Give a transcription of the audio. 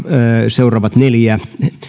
seuraavat neljä